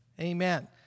Amen